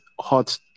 hot